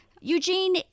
Eugene